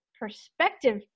perspective